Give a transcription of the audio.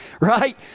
right